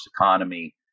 economy